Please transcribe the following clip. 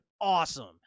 awesome